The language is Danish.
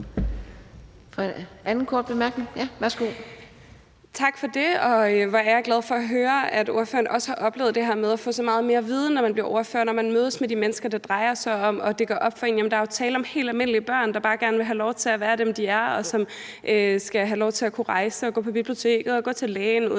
Carøe (SF): Tak for det. Og hvor er jeg glad for at høre, at ordføreren også har oplevet det her med at få så meget mere viden, når man bliver ordfører, og når man mødes med de mennesker, det drejer sig om, og det går op for en, at jamen der er jo tale om helt almindelige børn, der bare gerne vil have lov til at være dem, de er, og som skal have lov til at kunne rejse, gå på biblioteket og gå til lægen uden